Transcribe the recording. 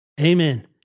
Amen